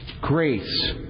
Grace